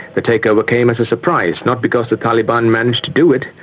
the takeover came as a surprise, not because the taliban managed to do it,